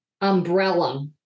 umbrella